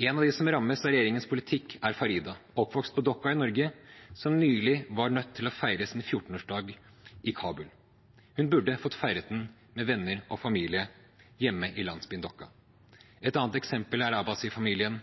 En av dem som rammes av regjeringens politikk, er Farida, oppvokst på Dokka i Norge, som nylig var nødt til å feire sin 14-årsdag i Kabul. Hun burde fått feiret den med venner og familie hjemme i landsbyen Dokka. Et annet eksempel er